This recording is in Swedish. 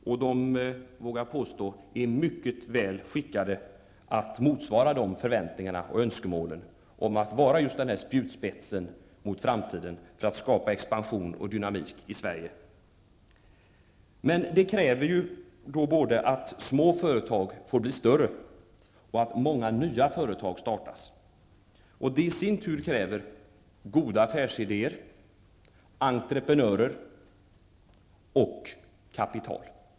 Jag vågar påstå att småföretagarna är mycket väl skickade att motsvara förväntningarna och att uppfylla önskemålen om att vara just denna spjutspets mot framtiden för att det skall kunna skapas expansion och dynamik i Sverige. Detta kräver ju att små företag får bli större och att många nya företag startas, vilket i sin tur kräver goda affärsidéer, entreprenörer och kapital.